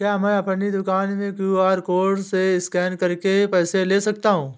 क्या मैं अपनी दुकान में क्यू.आर कोड से स्कैन करके पैसे ले सकता हूँ?